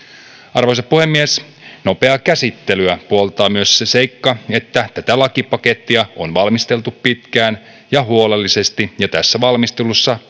arvoisa puhemies nopeaa käsittelyä puoltaa myös se seikka että tätä lakipakettia on valmisteltu pitkään ja huolellisesti ja tässä valmistelussa